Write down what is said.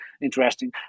interesting